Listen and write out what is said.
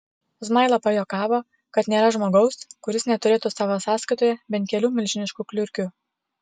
zmaila pajuokavo kad nėra žmogaus kuris neturėtų savo sąskaitoje bent kelių milžiniškų kliurkių